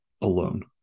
alone